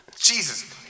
Jesus